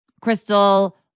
Crystal